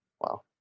Wow